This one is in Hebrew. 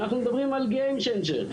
אנחנו מדברים על game changer,